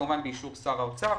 כמובן באישור שר האוצר,